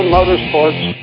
Motorsports